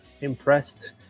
impressed